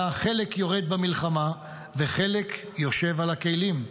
היה חלק יורד במלחמה וחלק יושב על הכלים,